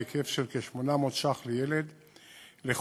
בהיקף של כ-800 ש"ח לילד לחודש,